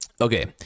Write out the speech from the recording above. Okay